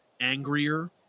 angrier